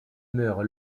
meurt